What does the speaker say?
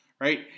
right